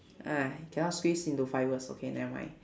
ah cannot squeeze into five words okay nevermind